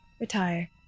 retire